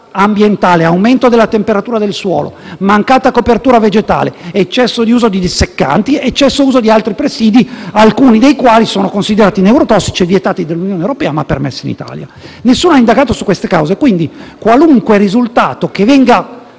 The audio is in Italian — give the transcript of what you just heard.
ambientale, aumento della temperatura del suolo, mancata copertura vegetale, eccessivo uso di disseccanti e di altri presidi, alcuni dei quali sono considerati neurotossici e vietati dell'Unione europea, ma permessi in Italia. Nessuno ha indagato su questi aspetti, quindi qualunque risultato che venga